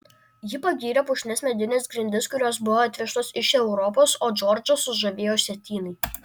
ji pagyrė puošnias medines grindis kurios buvo atvežtos iš europos o džordžą sužavėjo sietynai